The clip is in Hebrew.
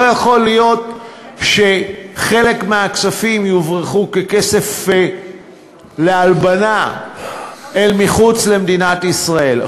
לא יכול להיות שחלק מהכספים יוברחו ככסף להלבנה אל מחוץ למדינת ישראל.